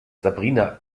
sabrina